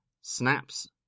snaps